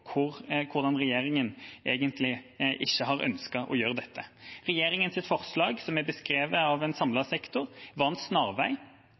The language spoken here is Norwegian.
regjeringen egentlig ikke har ønsket å gjøre dette. Regjeringens forslag er beskrevet av en samlet sektor som en snarvei,